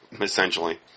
essentially